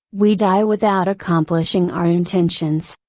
we die without accomplishing our intentions.